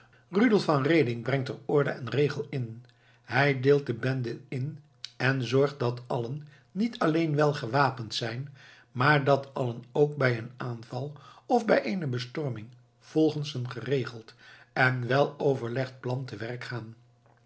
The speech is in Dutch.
rudolf van reding brengt er orde en regel in hij deelt de benden in en zorgt dat allen niet alleen welgewapend zijn maar dat allen ook bij een aanval of bij eene bestorming volgens een geregeld en wel overlegd plan te werk gaan